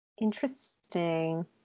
Interesting